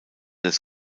des